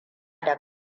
da